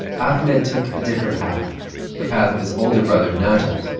ahmed took a different path the path of his older brother najat.